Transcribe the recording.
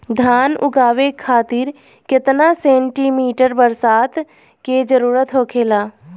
धान उगावे खातिर केतना सेंटीमीटर बरसात के जरूरत होखेला?